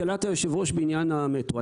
לשאלת היושב-ראש בעניין המטרו.